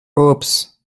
oops